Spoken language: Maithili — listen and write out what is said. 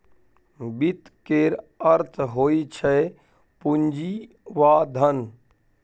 वित्त केर अर्थ होइ छै पुंजी वा धन